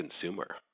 consumer